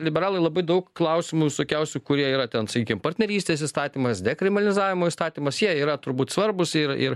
liberalai labai daug klausimų visokiausių kurie yra ten sakykim partnerystės įstatymas dekriminalizavimo įstatymas jie yra turbūt svarbūs ir ir